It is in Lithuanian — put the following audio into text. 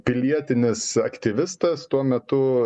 pilietinis aktyvistas tuo metu